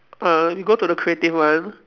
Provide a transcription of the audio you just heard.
uh you go to the creative one